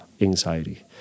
anxiety